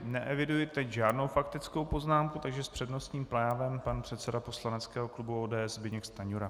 Neeviduji teď žádnou faktickou poznámku, takže s přednostním právem pan předseda poslaneckého klubu ODS Zbyněk Stanjura.